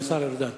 השר ארדן.